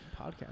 podcast